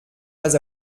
pas